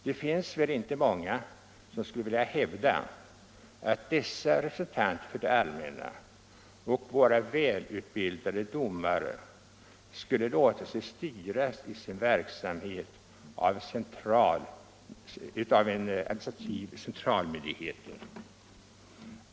Det finns väl inte många som skulle vilja hävda att dessa representanter för det allmänna och våra väl utbildade domare skulle låta sig styras i sin verksamhet av en administrativ centralmyndighet.